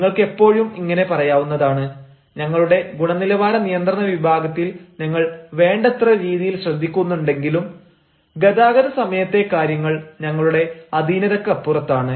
നിങ്ങൾക്കെപ്പോഴും ഇങ്ങനെ പറയാവുന്നതാണ് ഞങ്ങളുടെ ഗുണനിലവാര നിയന്ത്രണ വിഭാഗത്തിൽ ഞങ്ങൾ വേണ്ടത്ര രീതിയിൽ ശ്രദ്ധിക്കുന്നുണ്ടെങ്കിലും ഗതാഗത സമയത്തെ കാര്യങ്ങൾ ഞങ്ങളുടെ അധീനതക്കപ്പുറത്താണ്